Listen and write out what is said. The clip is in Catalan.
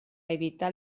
evitar